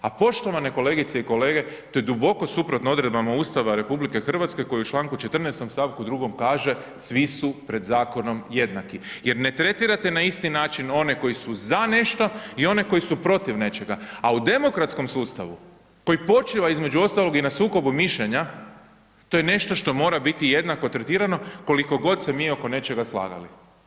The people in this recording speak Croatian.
A poštovane kolegice i kolege, to je duboko suprotno odredbama Ustava RH koji u članku 14. stavku 2. kaže „Svi su pred zakonom jednaki“ jer ne tretirate na isti način one koji su za nešto i one koji su protiv nečega a u demokratskom sustavu koji počiva između ostalog i na sukobu mišljenja, to je nešto što mora biti jednako tretirano koliko god se mi oko nečega slagali.